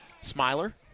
Smiler